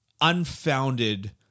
unfounded